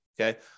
Okay